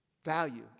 Value